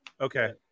Okay